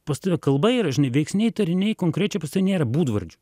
pas tave kalba yra žinai veiksniai tariniai konkrečiai pas tave nėra būdvardžių